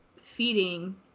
feeding